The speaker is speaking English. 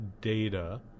data